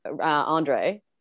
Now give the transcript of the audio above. Andre